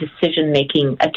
decision-making